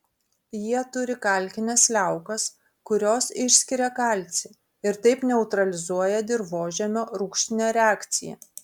jie turi kalkines liaukas kurios išskiria kalcį ir taip neutralizuoja dirvožemio rūgštinę reakciją